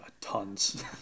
Tons